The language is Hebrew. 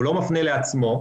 הוא לא מפנה לעצמו.